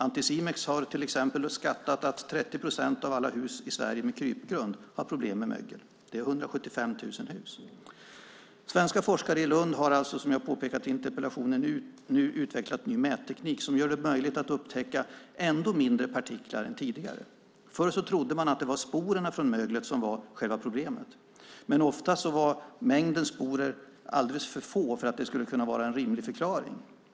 Anticimex har till exempel skattat att 30 procent av alla hus i Sverige med krypgrund har problem med mögel. Det är 175 000 hus. Svenska forskare i Lund har alltså, som jag har påpekat i interpellationen, utvecklat ny mätteknik som gör det möjligt att upptäcka ännu mindre partiklar än tidigare. Förr trodde man att det var sporerna från möglet som var själva problemet, men ofta var mängden sporer alldeles för liten för att det skulle kunna vara en rimlig förklaring.